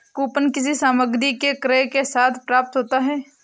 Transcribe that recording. coupon किसी सामग्री के क्रय के साथ प्राप्त होता है